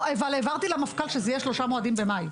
העברתי למפכ"ל שזה יהיה שלושה מועדים במאי.